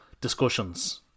discussions